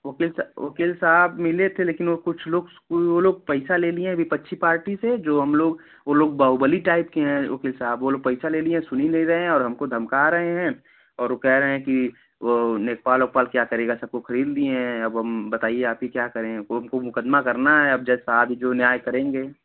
वकील सा वकील साहब मिले थे लेकिन वो कुछ लोग कोई वो लोग पैसा ले लिए हैं विपक्षी पार्टी से जो हम लोग वो लोग बाहुबली टाइप के हैं वकील साहब वो लोग पैसा ले लिए हैं सुन ही नहीं रहें हैं और हमको धमका रहें हैं और वो कह रहे हैं कि वो लेखपाल वेखपाल क्या करेगा सबको खरीद लिए हैं अब हम बताइए आप ही क्या करें वो हमको मुकदमा करना है अब जज साहब ही जो न्याय करेंगे